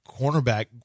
cornerback